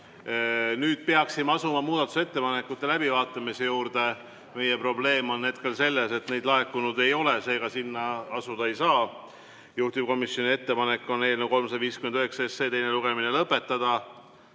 Nüüd peaksime asuma muudatusettepanekute läbivaatamise juurde, aga meie probleem on selles, et neid laekunud ei ole, seega nende kallale asuda ei saa. Juhtivkomisjoni ettepanek on eelnõu 359 teine lugemine lõpetada.